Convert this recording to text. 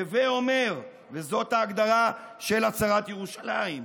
הווי אומר, וזאת ההגדרה של הצהרת ירושלים,